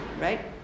right